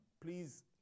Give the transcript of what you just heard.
Please